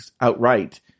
outright